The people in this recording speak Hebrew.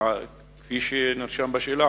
כפי שנרשם בשאלה,